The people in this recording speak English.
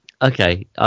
Okay